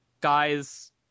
Guy's